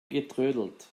getrödelt